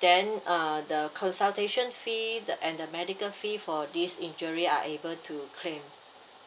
then uh the consultation fee the and the medical fee for this injury are able to claim